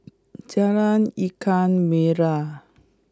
Jalan Ikan Merah